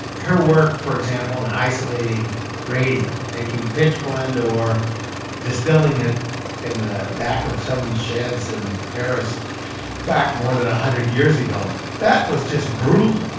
her work, for example, in isolating radium, taking pitchblende or distilling it in the back of some sheds in paris back more than one hundred years ago, that was just brutal